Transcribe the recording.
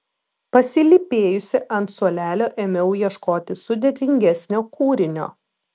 pasilypėjusi ant suolelio ėmiau ieškoti sudėtingesnio kūrinio